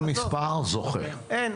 אין.